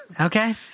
Okay